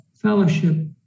Fellowship